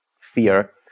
fear